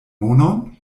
monon